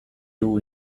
two